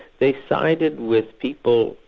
they sided with people,